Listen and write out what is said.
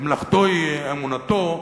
מלאכתו היא אמונתו,